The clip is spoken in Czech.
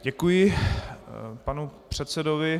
Děkuji panu předsedovi.